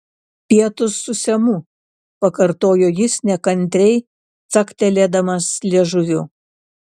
pietūs su semu pakartojo jis nekantriai caktelėdamas liežuviu